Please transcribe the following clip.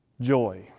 Joy